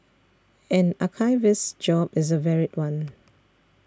an archivist's job is a varied one